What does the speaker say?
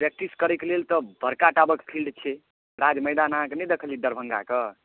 practice करैक लेल तऽ बड़का टा कऽ फिल्ड छै राज मैदान अहाँके नहि देखल अछि दरभङ्गा के